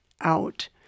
out